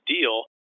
deal